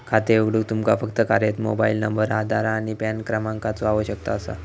खातो उघडूक तुमका फक्त कार्यरत मोबाइल नंबर, आधार आणि पॅन क्रमांकाचो आवश्यकता असा